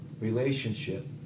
relationship